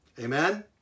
Amen